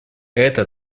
это